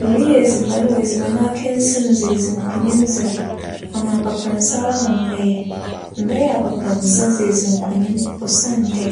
Mereyɛ edziban wͻ edziban akansi mu dze edzi nkonyim dze a, ͻno apapransa ara na mebɛyɛ. Mebɛyɛ apapransa dze edzi nkonyim osiandɛ,